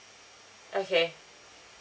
okay